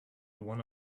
one